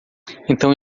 então